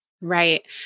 Right